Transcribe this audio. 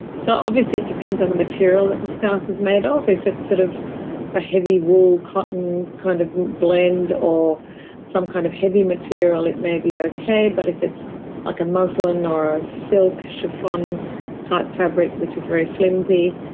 so, obviously it depends on the material that the scarf is made ah of. if it's sort of a heavy wool cotton kind of blend or some kind of heavy material it may be okay, but if it's like a muslin or a silk chiffon type fabric which is very flimsy,